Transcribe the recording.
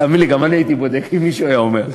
תאמין לי, גם אני הייתי בודק אם מישהו היה אומר.